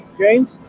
James